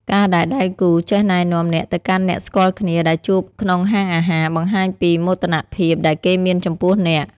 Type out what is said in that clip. ការដែលដៃគូចេះណែនាំអ្នកទៅកាន់អ្នកស្គាល់គ្នាដែលជួបក្នុងហាងអាហារ បង្ហាញពីមោទនភាពដែលគេមានចំពោះអ្នក។